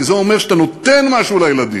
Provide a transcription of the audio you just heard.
כי זה אומר שאתה נותן משהו לילדים.